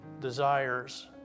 desires